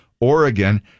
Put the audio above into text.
Oregon